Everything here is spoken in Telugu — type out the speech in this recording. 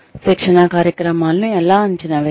శిక్షణా కార్యక్రమాలను ఎలా అంచనా వేస్తారు